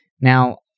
Now